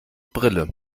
brille